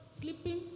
sleeping